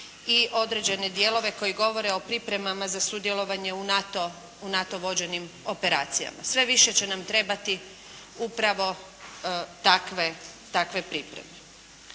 i određene dijelove koji govore o pripremama za sudjelovanje u NATO vođenim operacijama. Sve više će nam trebati upravo takve pripreme.